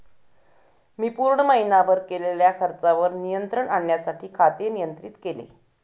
मी पूर्ण महीनाभर केलेल्या खर्चावर नियंत्रण आणण्यासाठी खाते नियंत्रित केले